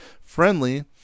friendly